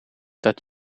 dat